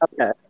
Okay